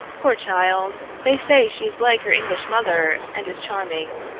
poor child they say she is like her english mother and is charming.